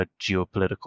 geopolitical